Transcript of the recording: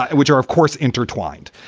ah and which are, of course, intertwined.